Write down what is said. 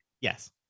Yes